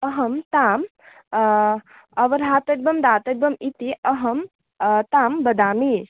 अहं तां अवधातव्यं दातव्यम् इति अहं तां वदामि